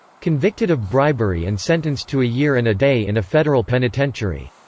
convicted of bribery and sentenced to a year and a day in a federal penitentiary.